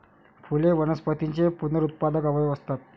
फुले वनस्पतींचे पुनरुत्पादक अवयव असतात